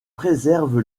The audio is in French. préserve